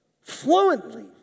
fluently